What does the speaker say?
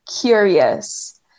curious